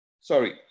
sorry